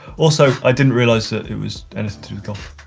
also, i didn't realize that it was anything